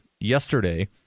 yesterday